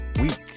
week